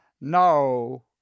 no